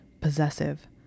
possessive